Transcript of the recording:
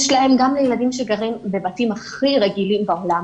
גם לילדים שגרים בבתים הכי רגילים בעולם,